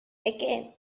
again